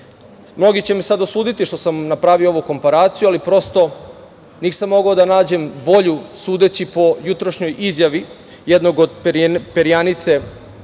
KKK.Mnogi će me sada osuditi što sam napravio ovu komparaciju, ali prosto nisam mogao da nađem bolju, sudeći po jutrašnjoj izjavi jednog od perjanice,